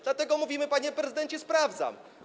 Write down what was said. Dlatego mówimy, panie prezydencie, sprawdzam.